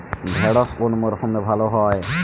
ঢেঁড়শ কোন মরশুমে ভালো হয়?